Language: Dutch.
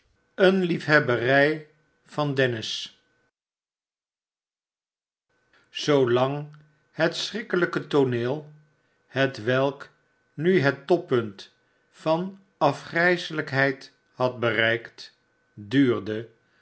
eene liefhebberij van dennis zoolang het schrikkelijke tooneel hetwelk nu het toppunt van afgrijsehjkheid had bereikt duurde